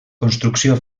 construcció